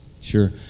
Sure